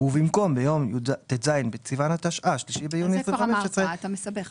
ובמקום "ביום ט"ז בסיון התשע"ה (3 ביוני 2015) ייקרא "ביום